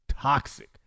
toxic